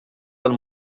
del